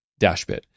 Dashbit